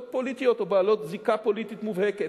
פוליטיות או בעלות זיקה פוליטית מובהקת,